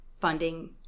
funding